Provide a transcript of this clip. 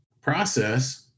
process